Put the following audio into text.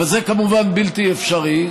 אבל זה כמובן בלתי אפשרי,